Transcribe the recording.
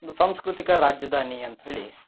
ಒಂದು ಸಾಂಸ್ಕೃತಿಕ ರಾಜಧಾನಿ ಅಂತ್ಹೇಳಿ